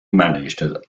managed